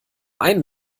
einen